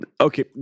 okay